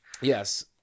yes